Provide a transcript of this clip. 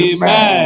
Amen